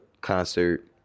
concert